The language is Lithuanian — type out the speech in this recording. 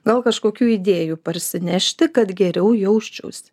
gal kažkokių idėjų parsinešti kad geriau jausčiausi